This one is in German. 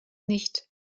nicht